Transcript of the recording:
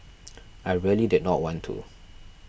I really did not want to